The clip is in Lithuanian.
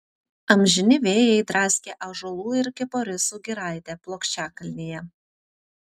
amžini vėjai draskė ąžuolų ir kiparisų giraitę plokščiakalnyje